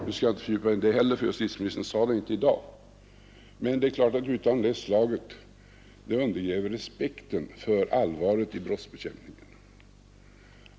Jag skall inte fördjupa mig i det, ty justitieministern sade det inte i dag, men det är klart att uttalanden av det slaget undergräver respekten för allvaret i brottsbekämpningen.